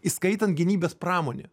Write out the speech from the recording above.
įskaitant gynybos pramonę